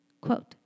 quote